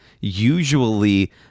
Usually